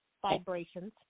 vibrations